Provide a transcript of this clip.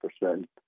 percent